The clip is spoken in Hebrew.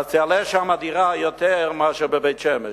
תעלה שם דירה יותר מאשר בבית-שמש,